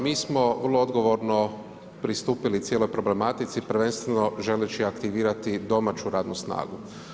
Mi smo vrlo odgovorno pristupili cijeloj problematici prvenstveno želeći aktivirati domaću radnu snagu.